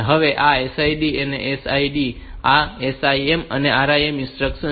હવે આ SID છે આ SID છે આ SIM અને RIM ઇન્સ્ટ્રક્શન્સ છે